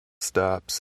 stops